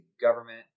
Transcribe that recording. government